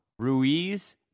Ruiz